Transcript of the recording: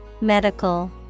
Medical